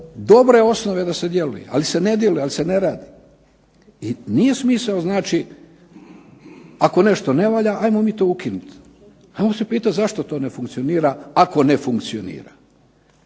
dobre osnove da se djeluje, ali se ne djeluje, ali se ne radi. I nije smisao znači ako nešto ne valja ajmo mi to ukinut. Ajmo se pitat zašto to ne funkcionira ako ne funkcionira.